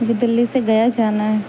مجھے دہلی سے گیا جانا ہے